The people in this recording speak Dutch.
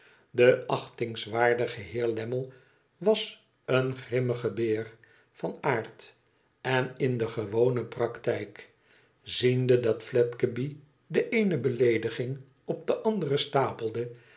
de achtingswaardige heer lammie was een grimmige beer van aard en in de gewone practijk ziende dat fiedgeby de eene beleedigin op de andere stapelde